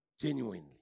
genuinely